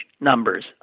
numbers